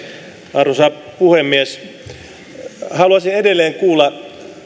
arvoisa puhemies haluaisin edelleen kuulla